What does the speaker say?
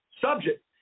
subject